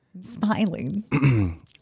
smiling